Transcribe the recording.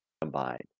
combined